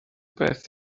beth